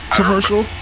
commercial